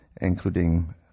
including